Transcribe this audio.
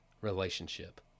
relationship